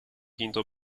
quinto